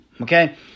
Okay